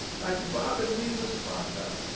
like bob and me was fond of.